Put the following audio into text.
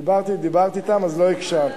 דיברת אתם אז לא הקשבת.